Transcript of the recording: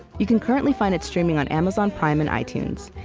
you can currently find it streaming on amazon prime and itunes,